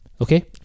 Okay